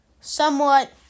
somewhat